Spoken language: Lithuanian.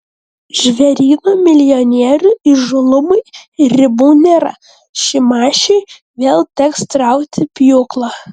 žvėryno milijonierių įžūlumui ribų nėra šimašiui vėl teks traukti pjūklą